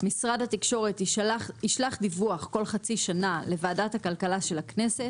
'משרד התקשורת ישלח דיווח כל חצי שנה לוועדת הכלכלה של הכנסת